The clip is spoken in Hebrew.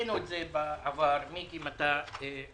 העלינו את זה כבר בעבר, מיקי, אם אתה זוכר.